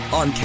on